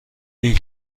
این